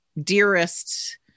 dearest